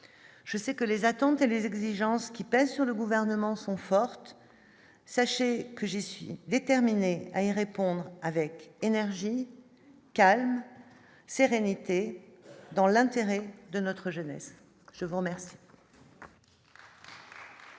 je sais que les attentes et les exigences qui pèse sur le gouvernement sont fortes. Sachez que je suis déterminé à et répondre avec énergie, calme, sérénité, dans l'intérêt de notre jeunesse, je vous remercie.